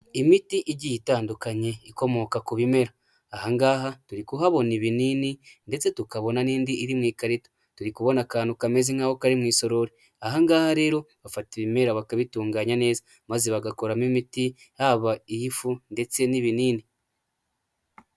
Imiti igiye itandukanye ikomoka ku bimera. Ahangaha turi kuhabona ibinini ndetse tukabona n'indi iri mu ikarito, turi kubona akantu kameze nk'aho kari mu isorori. Ahangaha rero bafata ibimera bakabitunganya neza maze bagakoramo imiti haba iy'ifu ndetse n'ibinini.